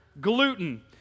gluten